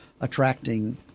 attracting